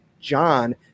John